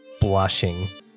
blushing